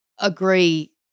agree